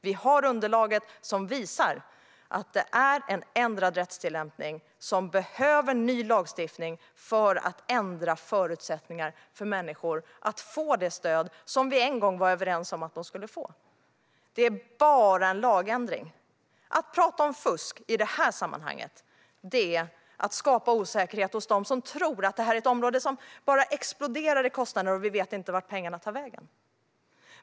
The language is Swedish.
Vi har underlaget som visar att detta är en ändrad rättstillämpning som behöver ny lagstiftning för att ändra förutsättningarna för människor att få det stöd som vi en gång var överens om att de skulle få. Det är bara en lagändring. Att prata om fusk i detta sammanhang är att skapa osäkerhet hos dem som tror att detta är ett område som bara exploderar i kostnader och att vi inte vet vart pengarna tar vägen.